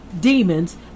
demons